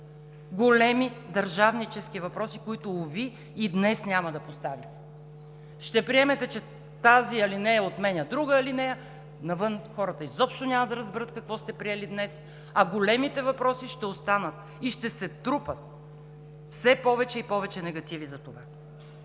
големи държавнически въпроси, които уви и днес няма да поставите. Ще приемете, че тази алинея отменя друга алинея. Навън хората изобщо няма да разберат какво сте приели днес. Големите въпроси ще останат и ще се трупат все повече негативи за това.